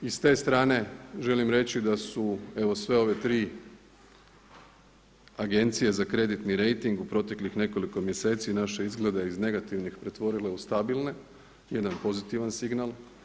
I s te strane želim reći da su, evo sve ove tri agencije za kreditni rejting u proteklih nekoliko mjeseci naše izglede iz negativnih pretvorile u stabilne, jedan pozitivan signal.